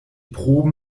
proben